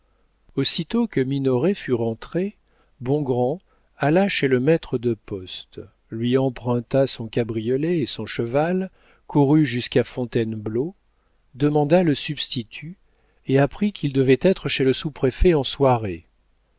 aussitôt que minoret fut rentré bongrand alla chez le maître de poste lui emprunta son cabriolet et son cheval courut jusqu'à fontainebleau demanda le substitut et apprit qu'il devait être chez le sous-préfet en soirée